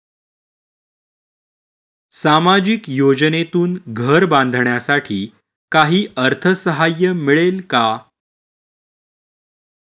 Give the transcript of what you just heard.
सामाजिक योजनेतून घर बांधण्यासाठी काही अर्थसहाय्य मिळेल का?